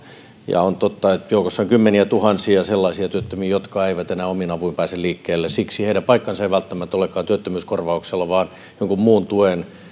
ja on totta että joukossa on kymmeniätuhansia sellaisia työttömiä jotka eivät enää omin avuin pääse liikkeelle siksi heidän paikkansa ei välttämättä olekaan työttömyyskorvauksella vaan jonkun muun tuen